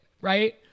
right